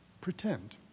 Pretend